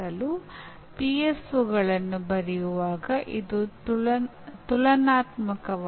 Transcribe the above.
ಇದು ಮಾಹಿತಿ ತಂತ್ರಜ್ಞಾನದಲ್ಲಿನ ಇಂದಿನ ಬೆಳವಣಿಗೆಯ ಫಲಿತಾಂಶವಾಗಿದೆ